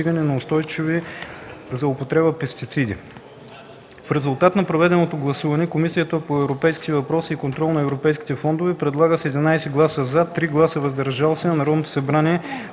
на устойчива употреба на пестициди. В резултат на проведеното гласуване, Комисията по европейските въпроси и контрол на европейските фондове предлага с 11 гласа „за” и 3 гласа „въздържали се” на Народното събрание